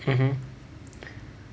mmhmm